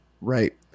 right